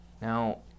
Now